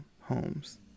homes